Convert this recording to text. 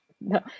No